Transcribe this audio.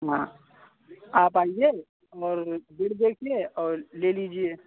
हाँ आप आइए और बेड देखिए और ले लीजिए